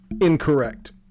Incorrect